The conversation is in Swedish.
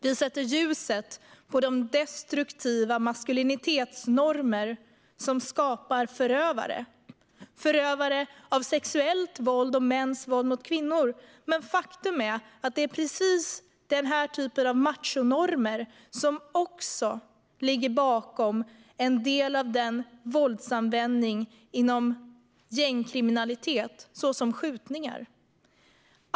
Vi sätter ljuset på de destruktiva maskulinitetsnormer som skapar förövare av sexuellt våld och våld mot kvinnor. Men faktum är att precis den typen av machonormer ligger bakom även en del av våldsanvändningen i samband med gängkriminalitet, såsom skjutningar.